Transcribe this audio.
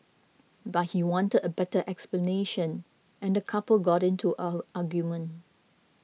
but he wanted a better explanation and the couple got into an argument